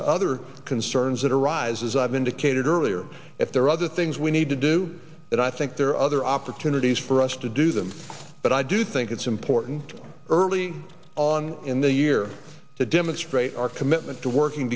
to other concerns that arise as i've indicated earlier if there are other things we need to do that i think there are other opportunities for us to do them but i do think it's important early on in the year to demonstrate our commitment to working